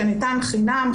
שניתן חינם,